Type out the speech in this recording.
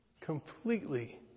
completely